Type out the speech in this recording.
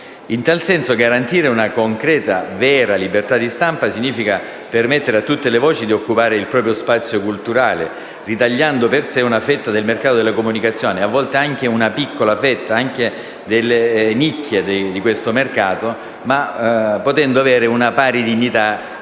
In tal senso, garantire una concreta e autentica libertà di stampa significa permettere a tutte le voci di occupare il proprio spazio culturale, ritagliando per sé una fetta del mercato della comunicazione, a volte anche una piccola fetta, anche delle nicchie di questo mercato, potendo avere pari dignità rispetto